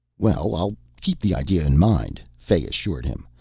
well, i'll keep the idea in mind, fay assured him,